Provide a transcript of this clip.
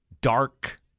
dark